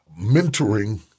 mentoring